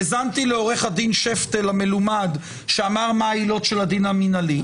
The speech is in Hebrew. האזנתי לעורך הדין שפטל המלומד שאמר מה העילות של הדין המינהלי.